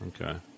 Okay